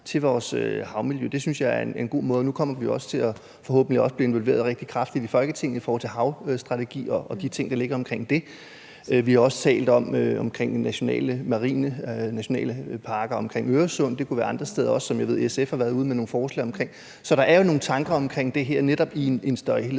til vores havmiljø. Det synes jeg er en god måde at se det på. Og nu kommer vi forhåbentlig også til at blive involveret rigtig kraftigt i Folketinget i forhold til en havstrategi og de ting, der ligger omkring det. Vi har også talt om marine nationalparker i Øresund, og det kunne også være andre steder – det ved jeg at SF har været ude med nogle forslag om. Så der er jo nogle tanker omkring det her, netop i en større helhed.